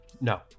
No